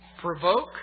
provoke